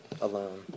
alone